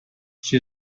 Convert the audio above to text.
she